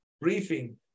briefing